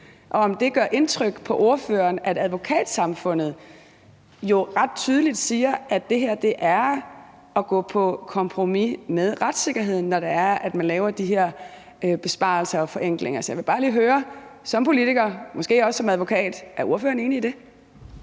om det gør indtryk på ordføreren, at Advokatsamfundet ret tydeligt siger, at det her er at gå på kompromis med retssikkerheden, når det er, at man laver de her besparelser og forenklinger. Så jeg vil bare lige høre som politiker og måske også som advokat: Er ordføreren enig i det?